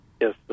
Yes